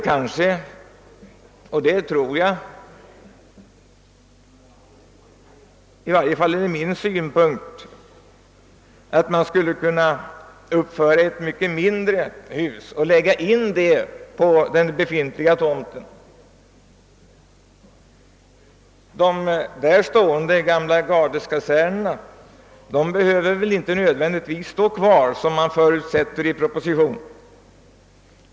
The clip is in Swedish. Kanske skulle man kunna uppföra ett betydligt mindre hus och placera in det på den befintliga tomten. De gamla gardeskasernerna behöver väl inte nödvän digtvis stå kvar som man förutsätter i propositionen.